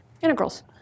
integrals